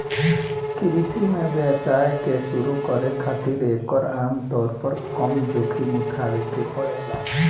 कृषि में व्यवसाय के शुरू करे खातिर एकर आमतौर पर कम जोखिम उठावे के पड़ेला